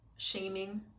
shaming